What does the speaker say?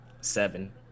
seven